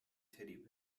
teddy